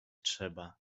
trzeba